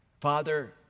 Father